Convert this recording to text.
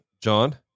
John